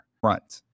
front